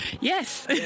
Yes